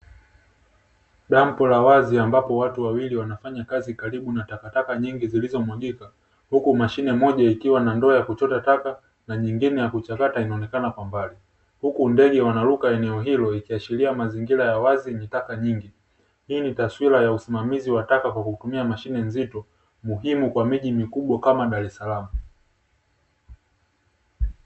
Dampo la wazi ambapo watu wawili wanafanya kazi karibu na takataka nyingi zilizomwagika, huku mashine moja ikiwa na ndoo ya kuchota taka, na nyingine ya kuchakata inaonekana kwa mbali. Huku ndege wanaruka eneo hilo ikiashiria mazingira ya wazi yenye taka nyingi. Hii ni taswira ya usimamizi wa taka kwa kutumia mashine nzito, muhimu kwa miji mikubwa kama Dar es salaam.